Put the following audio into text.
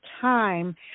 time